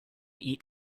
eat